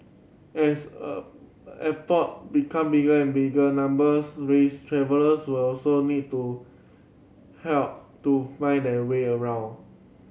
as a airport become bigger and bigger numbers rise travellers will also need to help to find their way around